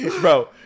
bro